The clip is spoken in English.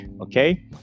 Okay